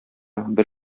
бер